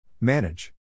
Manage